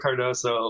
Cardoso